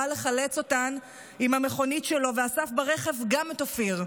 בא לחלץ אותן עם המכונית שלו ואסף ברכב גם את אופיר.